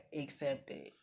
accepted